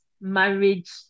marriage